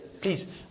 please